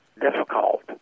difficult